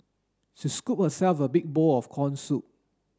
she scooped herself a big bowl of corn soup